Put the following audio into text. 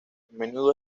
menudo